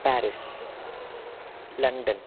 Paris London